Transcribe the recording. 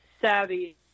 savvy